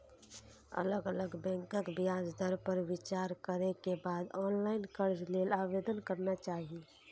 अलग अलग बैंकक ब्याज दर पर विचार करै के बाद ऑनलाइन कर्ज लेल आवेदन करना चाही